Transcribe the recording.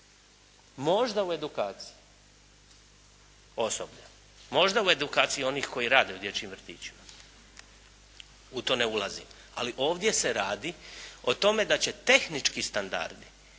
Možda u edukaciji osoblja, možda u edukaciji onih koji rade u dječjim vrtićima. U to ne ulazim. Ali ovdje se radi o tome da će tehnički standardi